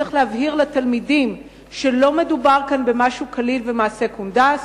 צריך להבהיר לתלמידים שלא מדובר פה במשהו קליל ובמעשה קונדס.